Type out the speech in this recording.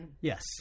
Yes